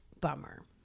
bummer